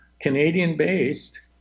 Canadian-based